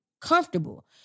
comfortable